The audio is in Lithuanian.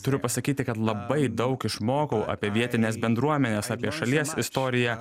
turiu pasakyti kad labai daug išmokau apie vietines bendruomenes apie šalies istoriją